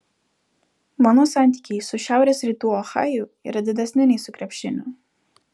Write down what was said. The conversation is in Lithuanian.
mano santykiai su šiaurės rytų ohaju yra didesni nei su krepšiniu